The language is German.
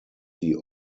die